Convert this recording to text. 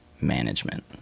management